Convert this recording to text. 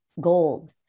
gold